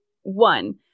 one